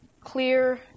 clear